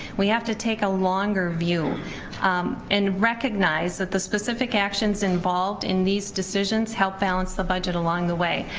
we have to take a longer view and recognize that the specific actions involved in these decisions help balance the budget along the way.